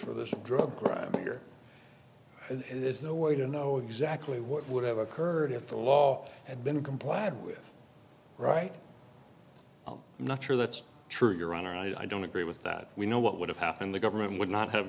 for this drug crime here and there's no way to know exactly what would have occurred if the law had been complied with right i'm not sure that's true your honor i don't agree with that we know what would have happened the government would not have